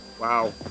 Wow